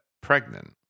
pregnant